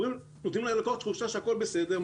נותנים ללקוח תחושה שהכול בסדר,